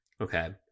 Okay